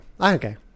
Okay